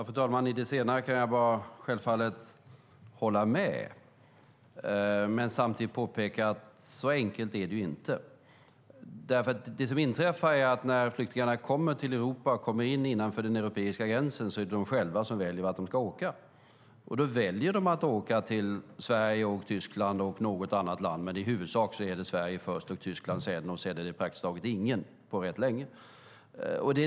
Fru talman! Om det senare kan jag bara självfallet hålla med. Samtidigt måste jag påpeka att så enkelt är det inte. När flyktingarna kommer till Europa, innanför den europeiska gränsen, är det de själva som väljer vart de ska åka. Då väljer de att åka till Sverige och Tyskland och något annat land. I huvudsak är det Sverige först, Tyskland sedan och sedan praktiskt taget inget.